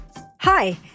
Hi